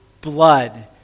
blood